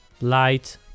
light